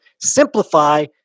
simplify